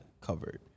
covered